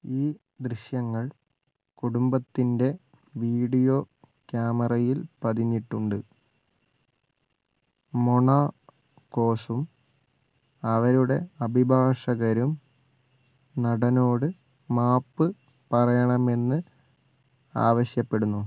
ഈ ദൃശ്യങ്ങൾ കുടുംബത്തിൻ്റെ വീഡിയോ ക്യാമറയിൽ പതിഞ്ഞിട്ടുണ്ട് മൊണാക്കോസും അവരുടെ അഭിഭാഷകരും നടനോട് മാപ്പ് പറയണമെന്ന് ആവശ്യപ്പെടുന്നു